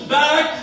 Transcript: back